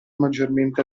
maggiormente